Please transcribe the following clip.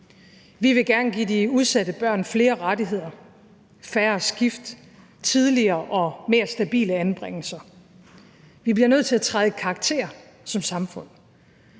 Vi vil gerne give de udsatte børn flere rettigheder – færre skift, tidligere og mere stabile anbringelser. Vi bliver nødt til at træde i karakter som samfund.